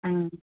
മ്മ്